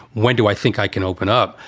when do i think i can open up?